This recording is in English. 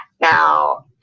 now